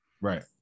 Right